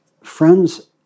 friends